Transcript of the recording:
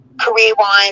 career-wise